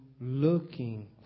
looking